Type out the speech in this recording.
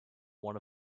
one